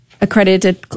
accredited